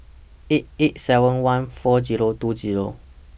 eight eight seven one four Zero two Zero